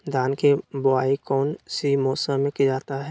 धान के बोआई कौन सी मौसम में किया जाता है?